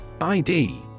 ID